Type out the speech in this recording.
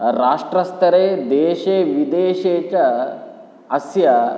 राष्ट्रस्तरे देशे विदेशे च अस्य